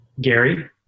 Gary